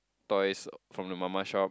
toys from the mama shop